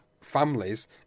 families